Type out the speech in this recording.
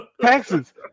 Taxes